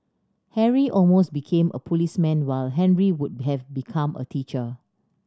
Harry almost became a policeman while Henry would have become a teacher